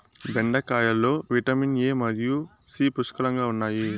బెండకాయలో vitamin A మరియు C పుష్కలంగా ఉన్నాయి